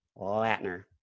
latner